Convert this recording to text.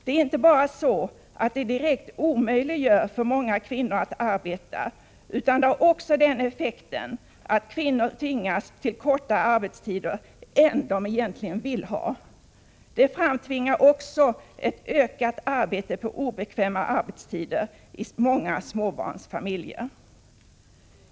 Det inte bara omöjliggör för många kvinnor att arbeta, utan det har också den effekten att kvinnor tvingas till kortare arbetstider än de egentligen vill ha. Det framtvingar också i många småbarnsfamiljer ett ökat arbete på obekväma tider.